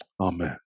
Amen